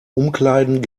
umkleiden